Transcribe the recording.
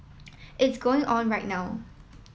it's going on right now